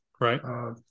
Right